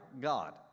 God